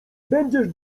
będziesz